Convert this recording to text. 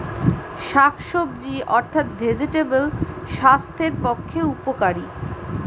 শাকসবজি অর্থাৎ ভেজিটেবল স্বাস্থ্যের পক্ষে উপকারী